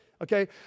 Okay